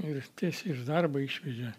ir tiesiai iš darbo išvežė